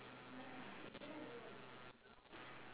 behind the old man is a house